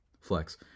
Flex